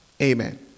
Amen